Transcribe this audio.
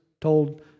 told